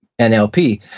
NLP